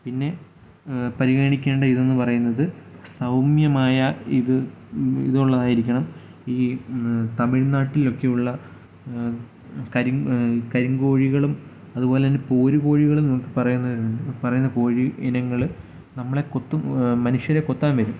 പിന്നെ പരിഗണിക്കേണ്ടയിതെന്ന് പറയുന്നത് സൗമ്യമായ ഇത് ഇതുള്ളതായിരിക്കണം ഈ തമിഴ്നാട്ടിലൊക്കെയുള്ള കരി കരിങ്കോഴികളും അതുപോലെ തന്നെ പോരുകോഴികളും പറയുന്നത് പറയുന്ന കോഴി ഇനങ്ങൾ നമ്മളെ കൊത്തും മനുഷ്യരെ കൊത്താൻ വരും